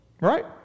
Right